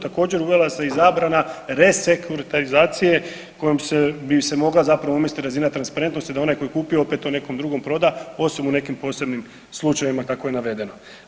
Također uvela se i zabrana resekutarizacije kojom bi se mogla zapravo uvesti razina transparentnosti da onaj tko je kupio opet to nekom drugom proda osim u nekim drugim slučajevima kako je navedeno.